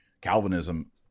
Calvinism